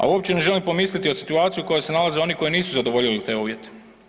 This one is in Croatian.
A uopće ne želim pomisliti o situaciji u kojoj se nalaze oni koji nisu zadovoljili te uvjete.